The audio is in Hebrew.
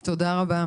בהחלט, תודה רבה.